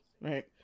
right